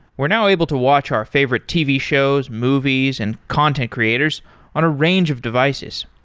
we're now able to watch our favorite tv shows, movies and content creators on a range of devices.